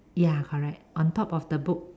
ya correct on top of the book